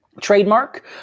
Trademark